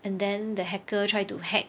and then the hacker try to hack